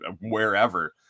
wherever